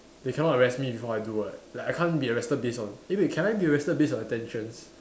they cannot arrest me before I do [what] like I can't be arrested based on eh wait can I be arrested based on attention